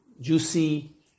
juicy